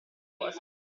cosa